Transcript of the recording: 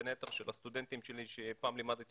בין היתר של מספר סטודנטים שלי שפעם לימדתי